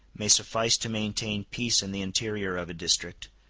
may suffice to maintain peace in the interior of a district,